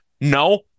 no